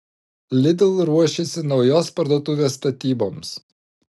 lidl ruošiasi naujos parduotuvės statyboms